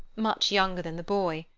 much younger than the boy,